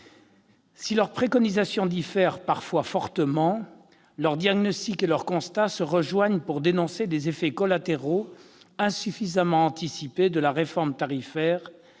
Si leurs préconisations diffèrent, parfois fortement, leurs diagnostics et leurs constats se rejoignent pour dénoncer les effets collatéraux insuffisamment anticipés de la réforme tarifaire